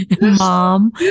mom